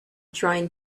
trying